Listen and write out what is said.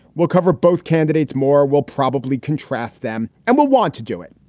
we'll cover both candidates more, will probably contrast them and we'll want to do it.